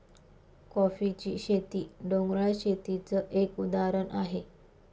कॉफीची शेती, डोंगराळ शेतीच एक उदाहरण आहे